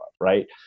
right